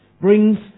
brings